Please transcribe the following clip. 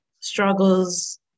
Struggles